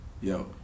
yo